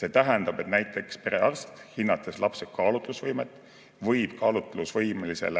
See tähendab, et näiteks perearst, hinnates lapse kaalutlusvõimet, võib kaalutlusvõimelise